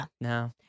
No